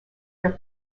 their